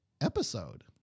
Episode